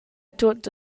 tut